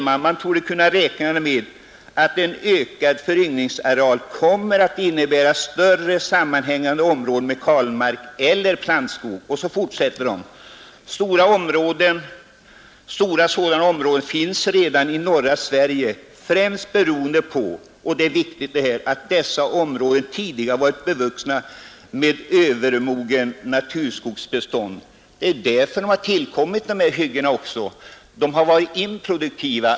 Man torde kunna räkna med att en ökad föryngringsareal kommer att innebära större sammanhängande områden med kalmark eller plantskog. Stora sådana områden finns redan i norra Sverige — främst beroende på” — och det är viktigt — ”att dessa områden tidigare varit bevuxna med övermogna naturskogsbestånd.” Det är bl.a. därför som dessa hyggen har tillkommit. De stora skogsområden det gäller har varit improduktiva.